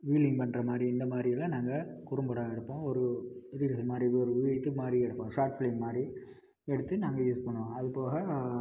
wheeling பண்ணுற மாதிரி இந்த மாதிரிலாம் நாங்கள் குறும்படம் எடுப்போம் ஒரு இது ரீல்ஸ் மாதிரி ஒரு இது மாதிரி ஷார்ட் பிலிம் மாதிரி எடுத்து நாங்கள் யூஸ் பண்ணுவோம் அது போக